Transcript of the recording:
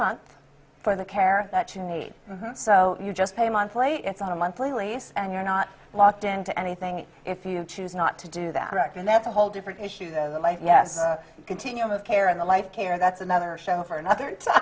month for the care that you need so you just pay monthly it's on a monthly and you're not locked into anything if you choose not to do that and that's a whole different issue than the life yes continuum of care and the life care that's another show for another